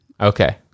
Okay